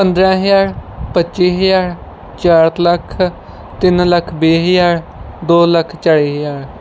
ਪੰਦਰਾਂ ਹਜ਼ਾਰ ਪੱਚੀ ਹਜ਼ਾਰ ਚਾਰ ਲੱਖ ਤਿੰਨ ਲੱਖ ਵੀਹ ਹਜ਼ਾਰ ਦੋ ਲੱਖ ਚਾਲੀ ਹਜ਼ਾਰ